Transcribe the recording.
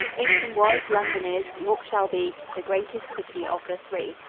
lincoln was, london is, york shall be. the greatest city of the three,